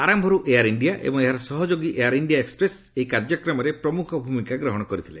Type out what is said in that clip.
ଆରମ୍ଭରୁ Air India ଏବଂ ଏହାର ସହଯୋଗୀ ଏୟାର ଇଣ୍ଡିଆ ଏକ୍କପ୍ରେସ୍ ଏହି କାର୍ଯ୍ୟରେ ପ୍ରମୁଖ ଭୂମିକା ଗ୍ରହଣ କରିଥିଲା